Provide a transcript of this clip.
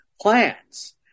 plans